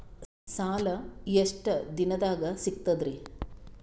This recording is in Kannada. ಸಾಲಾ ಎಷ್ಟ ದಿಂನದಾಗ ಸಿಗ್ತದ್ರಿ?